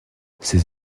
ses